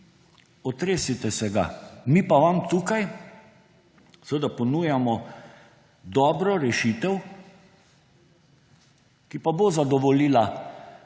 otresite se ga. Mi pa vam tukaj ponujamo dobro rešitev, ki pa bo zadovoljila